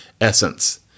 essence